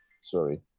sorry